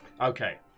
Okay